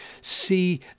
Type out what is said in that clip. see